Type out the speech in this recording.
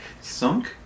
Sunk